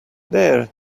there